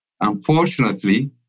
Unfortunately